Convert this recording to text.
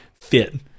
fit